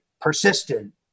persistent